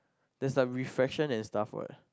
there is like refraction and stuff what